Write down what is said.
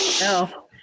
No